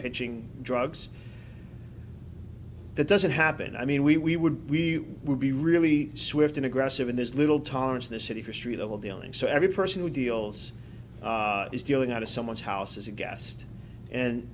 pitching drugs that doesn't happen i mean we we would we would be really swift and aggressive and there's little tolerance in the city for street level dealing so every person who deals is dealing out of someone's house is a guest and